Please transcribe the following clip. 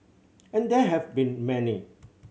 and there have been many